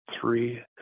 three